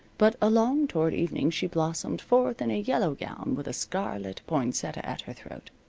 but along toward evening she blossomed forth in a yellow gown, with a scarlet poinsettia at her throat.